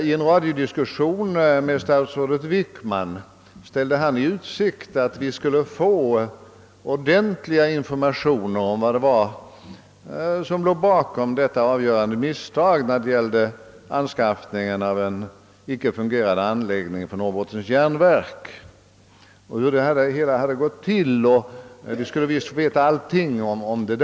I en radiodiskussion med statsrådet Wickman ställde han i utsikt att vi skulle få ordentliga informationer om vad som låg bakom misstaget att anskaffa en icke fungerande anläggning vid Norrbottens järnverk. Vi skulle få veta allting om det.